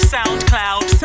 SoundCloud